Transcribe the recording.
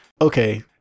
Okay